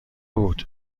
بود